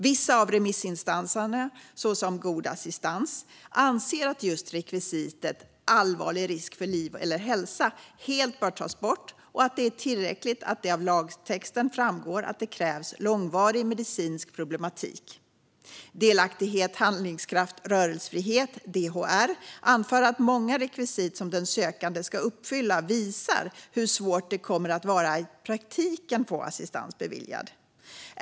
Vissa av remissinstanserna, exempelvis God Assistans, anser att just rekvisitet allvarlig risk för liv eller hälsa helt bör tas bort och att det är tillräckligt att det av lagtexten framgår att det krävs långvarig medicinsk problematik. Delaktighet, Handlingskraft, Rörelsefrihet, DHR, anför att många rekvisit som den sökande ska uppfylla visar hur svårt det kommer att vara i praktiken att få assistans beviljad.